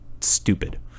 stupid